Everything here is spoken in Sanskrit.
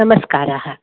नमस्काराः